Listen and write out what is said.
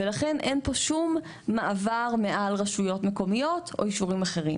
ולכן אין פה שום מעבר מעל רשויות מקומיות או אישורים אחרים.